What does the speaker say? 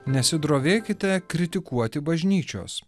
nesidrovėkite kritikuoti bažnyčios